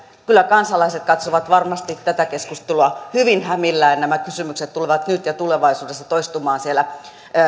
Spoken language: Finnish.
kyllä kansalaiset katsovat varmasti tätä keskustelua hyvin hämillään ja nämä kysymykset tulevat nyt ja tulevaisuudessa toistumaan siellä